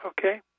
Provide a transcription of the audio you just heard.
Okay